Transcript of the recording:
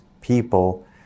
people